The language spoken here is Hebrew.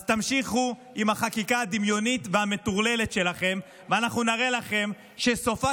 אז תמשיכו עם החקיקה הדמיונית והמטורללת שלכם ואנחנו נראה לכם שסופה